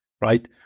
right